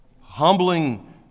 humbling